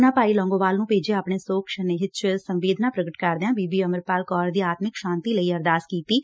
ਉਨ੍ਹਾਂ ਭਾਈ ਲੌਂਗੋਵਾਲ ਨੂੰ ਭੇਜੇ ਆਪਣੇ ਸ਼ੋਕ ਸੁਨੇਹੇ ਵਿਚ ਸੰਵੇਦਨਾ ਪ੍ਰਗਟ ਕਰਦਿਆਂ ਬੀਬੀ ਅਮਰਪਾਲ ਕੌਰ ਦੀ ਆਤਮਿਕ ਸ਼ਾਤੀ ਲਈ ਅਰਦਾਸ ਕੀਤੀ ਐ